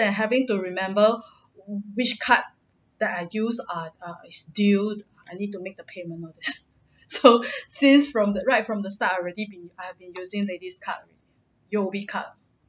then having to remember which card that I use err is due I need to make the payment all these so since from the right from the start I already been I've been using ladies card U_O_B card